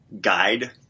guide